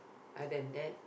other than that